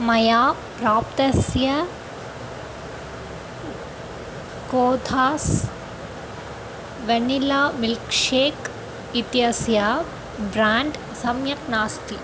मया प्राप्तस्य कोथास् वेनिल्ला मिल्क् शेक् इत्यस्य ब्राण्ड् सम्यक् नास्ति